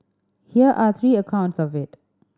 here are three accounts of it